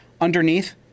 Underneath